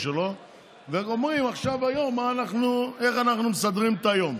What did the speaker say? שלו ואומרים איך אנחנו מסדרים את היום.